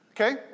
Okay